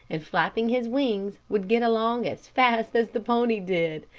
and flapping his wings, would get along as fast as the pony did.